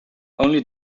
only